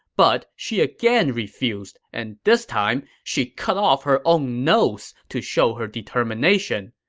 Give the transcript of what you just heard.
but she again refused, and this time, she cut off her own nose to show her determination.